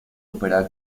opera